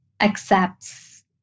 accepts